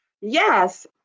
Yes